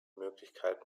möglichkeit